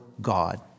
God